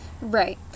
Right